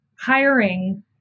hiring